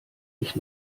ich